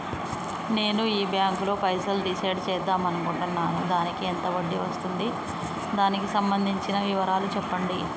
నేను ఈ బ్యాంకులో పైసలు డిసైడ్ చేద్దాం అనుకుంటున్నాను దానికి ఎంత వడ్డీ వస్తుంది దానికి సంబంధించిన వివరాలు చెప్పండి?